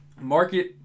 market